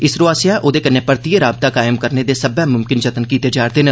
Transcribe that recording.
इसरो आसेआ ओहदे कन्नै परतियै राबता कायम करने दे सब्बै मुमकिन जतन कीते जा'रदे न